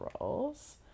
roles